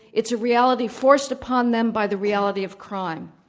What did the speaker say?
it's a reality forced upon them by the reality of crime.